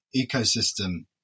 ecosystem